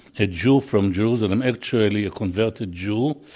a jew from jerusalem, actually a converted jew,